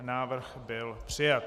Návrh byl přijat.